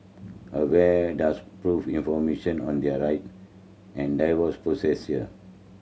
aware does prove information on their right and the divorce process here